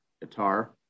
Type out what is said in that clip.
guitar